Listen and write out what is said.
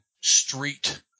street